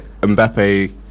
Mbappe